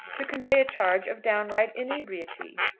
to convey a charge of downright inebriety.